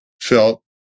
felt